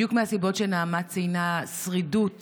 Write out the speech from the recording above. בדיוק מהסיבות שנעמה ציינה, שרידות